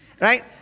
Right